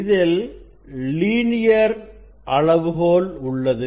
இதில் லீனியர் அளவுகோல் உள்ளது